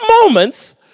moments